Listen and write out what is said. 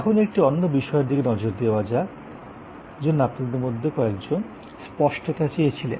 এখন একটি অন্য বিষয়ের দিকে নজর দেওয়া যাক যার জন্য আপনাদের মধ্যে কয়েকজন স্পষ্টতা চেয়েছিলেন